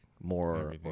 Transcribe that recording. more